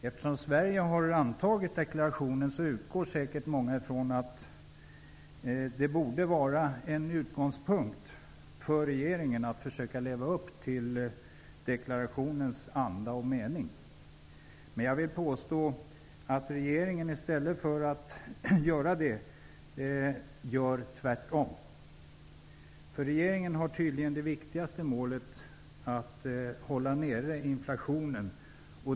Eftersom Sverige har antagit deklarationen utgår säkert många ifrån att det borde vara en utgångspunkt för regeringen att försöka leva upp till deklarationens anda och mening, men jag vill påstå att regeringen i stället gör tvärtom. För regeringen är det viktigaste målet tydligen att hålla nere inflationen.